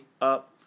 up